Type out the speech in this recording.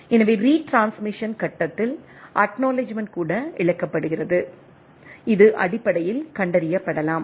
எனவே ரீட்ரான்ஸ்மிசன் கட்டத்தில் அக்நாலெட்ஜ்மென்ட் கூட இழக்கப்படுகிறது இது அடிப்படையில் கண்டறியப்படலாம்